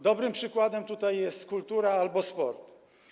Dobrym przykładem tutaj jest kultura albo sport.